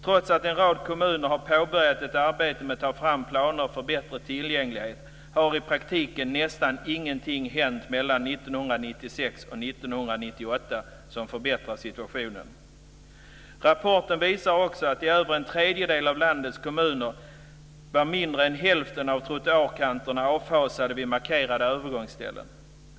Trots att en rad kommuner påbörjat ett arbete med att ta fram planer för bättre tillgänglighet har i praktiken nästan ingenting hänt mellan 1996 och 1998 som förbättrar situationen." Rapporten visade också att i över en tredjedel av landets kommuner var mindre än hälften av trottoarkanterna avfasade vid markerade övergångsställen.